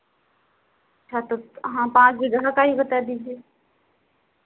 अच्छा तो हाँ पाँच बीघा का ही बता दीजिए